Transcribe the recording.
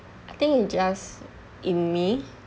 I think it's just in me